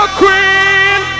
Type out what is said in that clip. queen